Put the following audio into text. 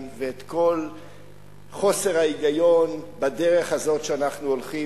ואת כל חוסר ההיגיון בדרך הזאת שאנחנו הולכים,